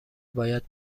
باید